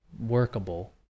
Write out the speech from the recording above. workable